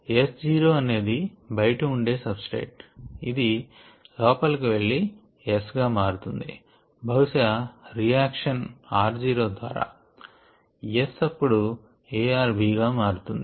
So అనేది బయట ఉండే సబ్స్ట్రేట్ ఇది లోపలికి వెళ్లి S గా మారుతుంది బహుశా రియాక్షన్ r0 ద్వారా S అప్పుడు A or B గా మారుతుంది